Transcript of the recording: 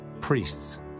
priests